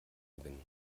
gewinnen